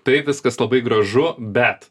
taip viskas labai gražu bet